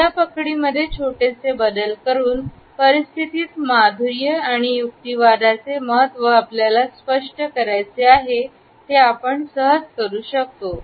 या पकडी मध्ये छोटेसे बदल करून परिस्थितील माधुर्य आणि युक्तिवादाचा चे महत्व आपल्याला स्पष्ट करायचे आहे ते आपण सहज करू शकतो